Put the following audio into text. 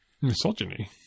Misogyny